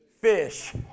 Fish